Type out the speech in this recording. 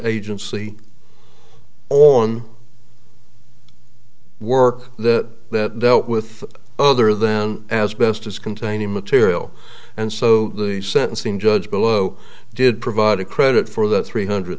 agency on work that with other than as best as containing material and so the sentencing judge below did provide a credit for that three hundred